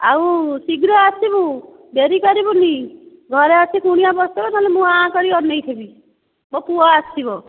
ଆଉ ଶୀଘ୍ର ଆସିବୁ ଡେରି କରିବୁନି ଘରେ ଆସିକି କୁଣିଆ ବସିଥିବେ ନହେଲେ ମୁଁ ଆଁ କରିକି ଅନେଇଥିବି ମୋ ପୁଅ ଆସିବ